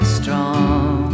strong